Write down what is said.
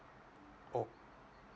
oh